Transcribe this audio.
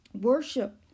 worship